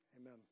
Amen